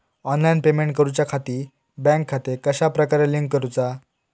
Online payment करुच्याखाती bank खाते कश्या प्रकारे लिंक करुचा?